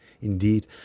Indeed